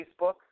Facebook